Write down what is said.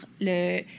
le